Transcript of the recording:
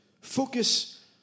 focus